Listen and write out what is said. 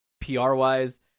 PR-wise